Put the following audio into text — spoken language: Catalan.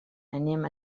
anem